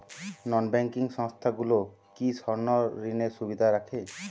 নন banking সংস্থাগুলো কি স্বর্ণঋণের সুবিধা রাখে?